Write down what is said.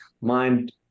mind